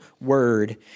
word